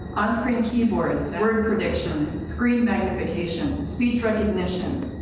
on-screen keyboards, word prediction, stream magnification, speech recognition.